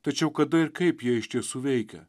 tačiau kada ir kaip jie iš tiesų veikia